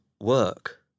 work